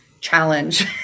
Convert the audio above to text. challenge